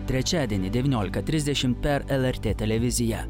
trečiadienį devyniolika trisdešimt per lrt televiziją